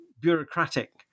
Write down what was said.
bureaucratic